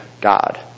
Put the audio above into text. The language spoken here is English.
God